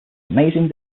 amazing